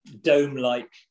dome-like